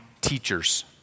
teachers